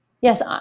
yes